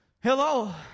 Hello